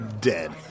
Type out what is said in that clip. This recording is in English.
dead